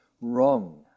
wrong